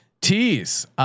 Tease